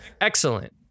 Excellent